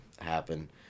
happen